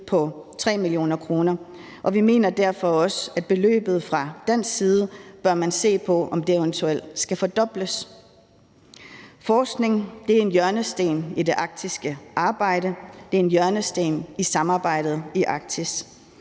på 3 mio. kr. Vi mener derfor også, at man bør se på, om beløbet fra dansk side eventuelt skal fordobles. Forskning er en hjørnesten i det arktiske arbejde – en hjørnesten i samarbejdet i Arktis.